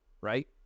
right